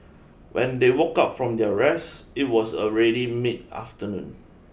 when they woke up from their rest it was already mid afternoon